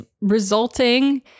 resulting